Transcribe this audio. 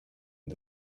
and